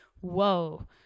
whoa